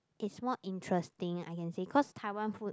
is more interesting I can say cause Taiwan food